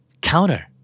Counter